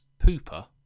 pooper